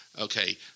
Okay